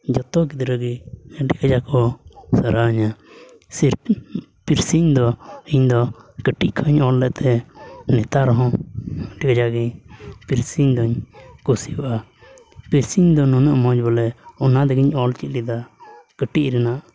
ᱡᱚᱛᱚ ᱜᱤᱫᱽᱨᱟᱹ ᱜᱮ ᱟᱹᱰᱤ ᱠᱟᱡᱟᱠ ᱠᱚ ᱥᱟᱨᱦᱟᱣ ᱤᱧᱟᱹ ᱯᱮᱱᱥᱤᱞ ᱫᱚ ᱤᱧᱫᱚ ᱠᱟᱹᱴᱤᱡ ᱠᱷᱚᱱ ᱤᱧ ᱚᱞ ᱞᱮᱫ ᱛᱟᱦᱮᱸᱫ ᱱᱮᱛᱟᱨ ᱦᱚᱸ ᱟᱹᱰᱤ ᱠᱟᱡᱟᱠ ᱜᱮ ᱯᱮᱨᱥᱤᱝ ᱫᱚᱧ ᱠᱩᱥᱤᱭᱟᱜᱼᱟ ᱯᱮᱨᱥᱤᱝ ᱫᱚ ᱱᱩᱱᱟᱹᱜ ᱢᱚᱡᱽ ᱵᱚᱞᱮ ᱚᱱᱟ ᱛᱮᱜᱮᱧ ᱚᱞ ᱪᱮᱫ ᱞᱮᱫᱟ ᱠᱟᱹᱴᱤᱡ ᱨᱮᱱᱟᱜ